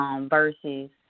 versus